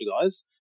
guys